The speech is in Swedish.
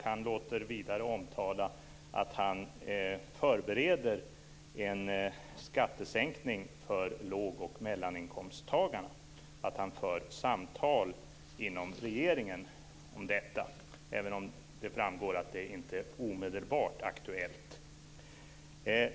Han låter vidare omtala att han förbereder en skattesänkning för låg och medelinkomsttagarna, att han för samtal inom regeringen om detta, även om det framgår att det inte är omedelbart aktuellt.